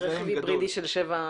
נכון, אין רכב היברידי של שבעה מקומות.